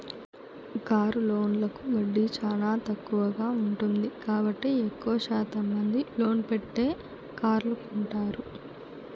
car లోన్లకు వడ్డీ చానా తక్కువగా ఉంటుంది కాబట్టి ఎక్కువ శాతం మంది లోన్ పెట్టే కార్లు కొంటారు